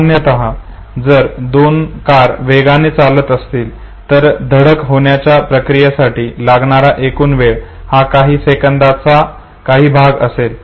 सामान्यत जर दोन कार वेगाने चालत असतील तर धडक होण्याच्या प्रक्रियेसाठी लागणारा एकूण वेळ हा सेकंदाचा काही भागच असेल